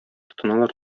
тотыналар